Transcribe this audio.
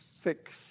fix